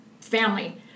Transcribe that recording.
family